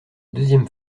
deuxième